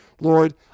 Lord